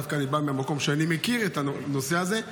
דווקא אני בא מהמקום שאני מכיר את הנושא הזה.